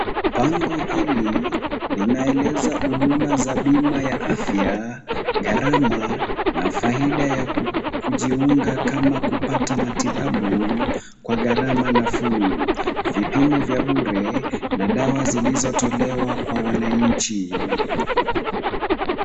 Bango hili linaeleza huduma za bima ya afya ,gharama na faida ya kujiunga kama kupata matibabu kwa gharama nafuu. Vipimo vya bure na dawa zilizotolewa kwa wananchi.